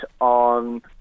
on